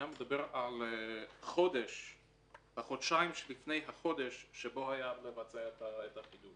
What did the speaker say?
שם מדובר על החודשיים שלפני החודש שבו חייב לבצע את החידוש